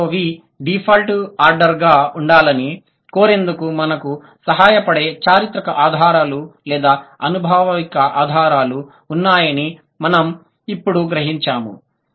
SOV default ఆర్డర్గా ఉండాలని కోరేందుకు మనకు సహాయపడే చారిత్రక ఆధారాలు లేదా అనుభావిక ఆధారాలు ఉన్నాయని మనము ఇప్పుడే గ్రహించాము